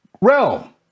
realm